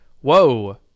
whoa